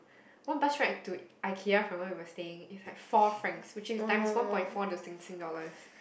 one bus ride to Ikea from where we were staying is like four Francs which is time one point four to Sing Sing dollars